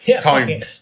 time